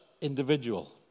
individual